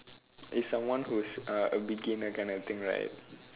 is someone who's a beginner kind of thing right